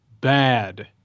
bad